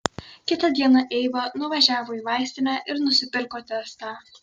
kitą dieną eiva nuvažiavo į vaistinę ir nusipirko testą